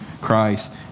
Christ